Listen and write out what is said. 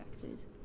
factors